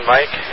Mike